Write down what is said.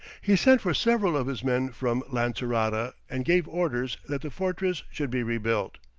he sent for several of his men from lancerota, and gave orders that the fortress should be rebuilt.